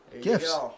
gifts